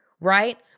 Right